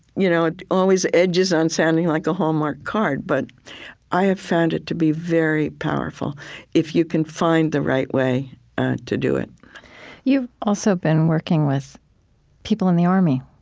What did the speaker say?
you know it always edges on sounding like a hallmark card, but i have found it to be very powerful if you can find the right way to do it you've also been working with people in the army